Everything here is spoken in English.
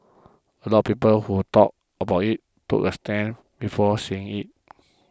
a lot people who talked about it took the stand before seeing it